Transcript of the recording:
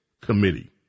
committee